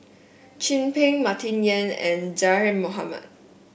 Chin Peng Martin Yan and Zaqy Mohamad